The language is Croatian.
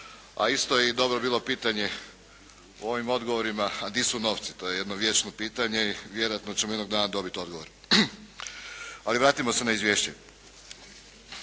A isto je bilo dobro pitanje u ovim odgovorima, a di su novci. To je jedno vječno pitanje i vjerojatno ćemo jednog dana dobiti odgovor. Ali vratimo se na izvješće.